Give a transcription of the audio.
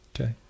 Okay